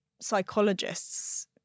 psychologists